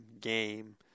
game